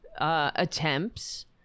attempts